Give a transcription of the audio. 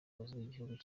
bw’igihugu